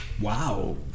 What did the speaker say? Wow